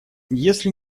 если